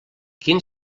quin